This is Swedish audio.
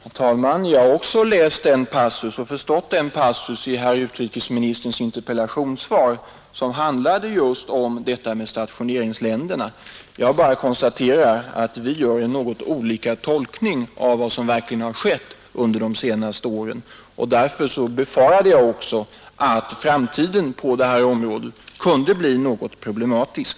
Herr talman! Också jag har läst och förstått den passus i herr utrikesministerns interpellationssvar som handlar just om stationeringsländerna. Jag bara konstaterar att vi gör en något olika tolkning av vad som verkligen har skett under de senaste åren. Därför befarade jag att framtiden på detta område kunde bli problematisk.